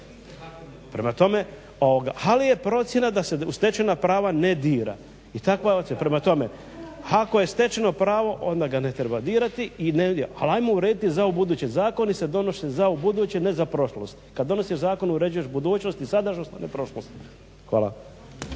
Prema tome, ali je procjena da se u stečena prava ne dira. Prema tome ako je stečeno pravo onda ga ne treba dirati i ne dira. Ali ajmo urediti za ubuduće. Zakoni se donose za ubuduće, ne za prošlost. Kad donosiš zakon, uređuješ budućnost i sadašnjost. A ne prošlost. Hvala.